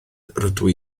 rydw